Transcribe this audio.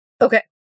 Okay